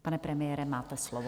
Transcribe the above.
Pane premiére, máte slovo.